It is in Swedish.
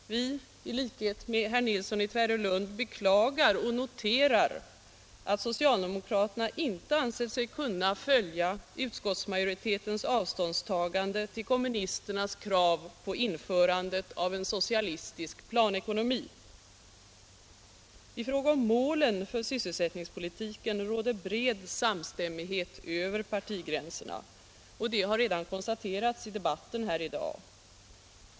I likhet med herr Nilsson i Tvärålund beklagar och noterar vi att socialdemokraterna inte ansett sig kunna följa utskottsmajoritetens avståndstagande till kommunisternas krav på införande av en socialistisk planekonomi. I fråga om målen för sysselsättningspolitiken råder bred samstämmighet över partigränserna. Detta har redan konstaterats i debatten här i dag.